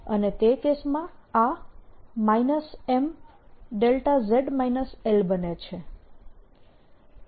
અને તે કેસમાં આ Mδz L બને છે